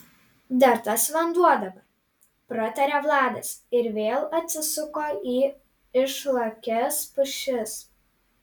dar tas vanduo dabar pratarė vladas ir vėl atsisuko į išlakias pušis